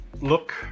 look